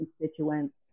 constituents